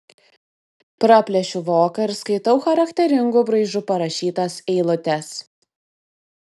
praplėšiu voką ir skaitau charakteringu braižu parašytas eilutes